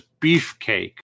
Beefcake